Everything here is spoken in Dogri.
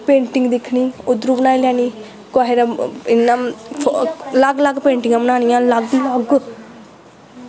पेंटिंग दिक्खनी उद्धरों बनाई लैनी कुसै दा इयां अलग अलग पेंटिंगां बनानियां अलग अलग